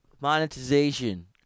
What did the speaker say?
Monetization